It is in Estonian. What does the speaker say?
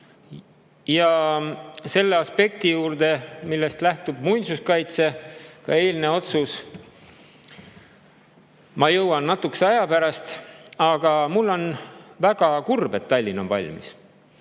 saa. Selle aspekti juurde, millest lähtub ka muinsuskaitse eilne otsus, ma jõuan natukese aja pärast. Aga mul on väga kurb, et Tallinn on valmis.